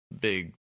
big